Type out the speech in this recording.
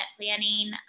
planning